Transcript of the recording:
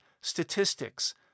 statistics